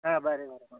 ಹಾಂ ಬನ್ರಿ ಬನ್ರಿ ಮತ್ತೆ